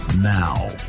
Now